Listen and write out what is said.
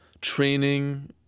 training